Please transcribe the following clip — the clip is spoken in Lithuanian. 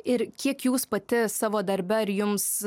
ir kiek jūs pati savo darbe ar jums